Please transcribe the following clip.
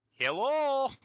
Hello